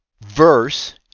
verse